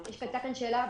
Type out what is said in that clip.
הייתה כאן שאלה